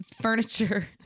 furniture